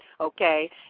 Okay